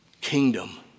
kingdom